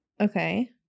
okay